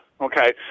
okay